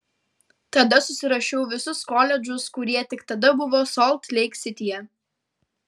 tada susirašiau visus koledžus kurie tik tada buvo solt leik sityje